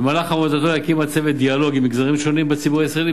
במהלך עבודתו יקיים הצוות דיאלוג עם מגזרים שונים בציבור הישראלי,